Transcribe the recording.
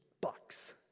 bucks